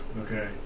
Okay